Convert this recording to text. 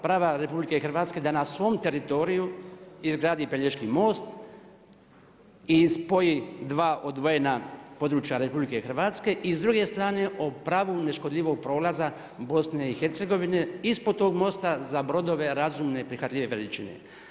Prava RH da na svom teritoriju izgradi Pelješki most i spoji dva odvojena područja RH i s druge strane o pravu neškodljivog prolaza BiH ispod tog mosta za brodove razumne prihvatljive veličine.